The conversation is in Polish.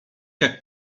jak